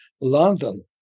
London